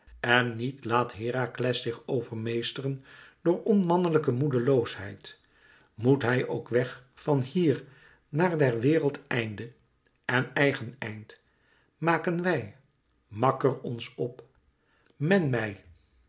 en niet laat herakles zich overmeesteren door onmannelijke moedeloosheid moet hij ook weg van hier naar der wereld einde en eigen eind maken wij makker ons op men mij